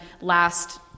last